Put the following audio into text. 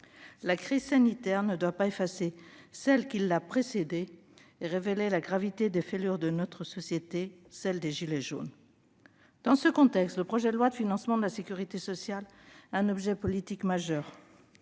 La crise sanitaire ne doit pas effacer celle qui l'a précédée, et qui a révélé la gravité des fêlures de notre société : celle des « gilets jaunes ». Dans ce contexte, le projet de loi de financement de la sécurité sociale est un objet politique majeur.